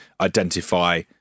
identify